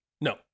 No